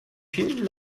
vielen